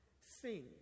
sing